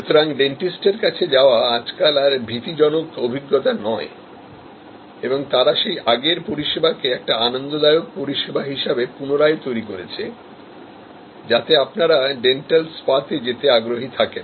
সুতরাং ডেন্টিস্টের কাছে যাওয়া আজকাল আর ভীতিজনক অভিজ্ঞতা নয় এবং তারা সেই আগের পরিষেবা কে একটি আনন্দদায়ক পরিষেবা হিসাবে পুনরায় তৈরি করেছে যাতে আপনারা ডেন্টাল স্পা তে যেতে আগ্রহী থাকেন